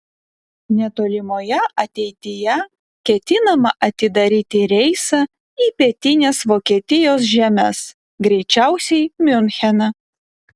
netolimoje ateityje ketinama atidaryti reisą į pietines vokietijos žemes greičiausiai miuncheną